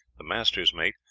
the master's mate,